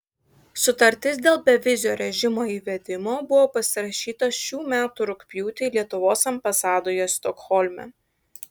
sutartis dėl bevizio režimo įvedimo buvo pasirašyta šių metų rugpjūtį lietuvos ambasadoje stokholme